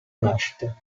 nascita